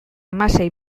hamasei